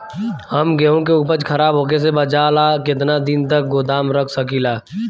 हम गेहूं के उपज खराब होखे से बचाव ला केतना दिन तक गोदाम रख सकी ला?